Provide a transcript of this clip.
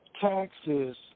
taxes